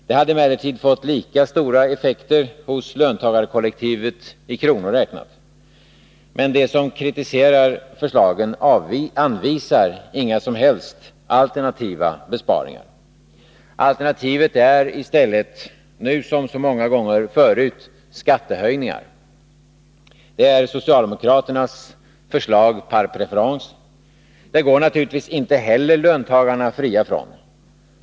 Det hade emellertid fått lika stora effekter hos löntagarkollektivet i kronor räknat. Men de som kritiserar förslagen anvisar inga som helst alternativa besparingar. Alternativet är i stället nu som så många gånger förut skattehöjningar. Det är socialdemokraternas förslag par préférence. Det går naturligtvis inte heller löntagarna fria från.